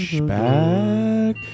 back